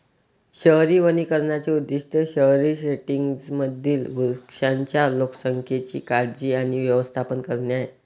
शहरी वनीकरणाचे उद्दीष्ट शहरी सेटिंग्जमधील वृक्षांच्या लोकसंख्येची काळजी आणि व्यवस्थापन करणे आहे